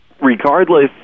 regardless